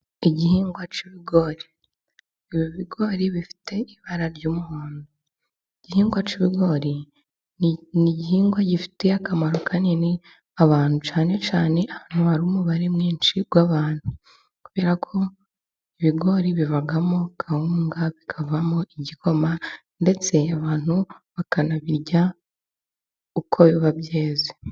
Igihingwa cy'ibigori, ibi bigori bifite ibara ry'umuhondo. Igihingwa cy'ibigori ni igihingwa gifitiye akamaro kanini abantu cyane cyane ahantu hari umubare mwinshi w'abantu, kubera ko ibigori bivamo kawunga, bikavamo ,igikoma ndetse abantu bakanabirya uko biba byeze.